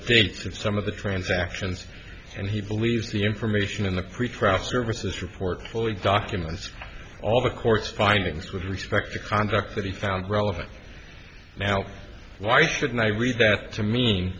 fates of some of the transactions and he believes the information in the pretrial services report fully documents all the court's findings with respect to conduct that he found relevant now why should i read that to me